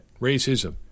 racism